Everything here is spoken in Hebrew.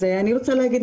אני רוצה להגיד,